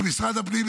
כי משר הפנים,